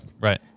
Right